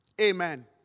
Amen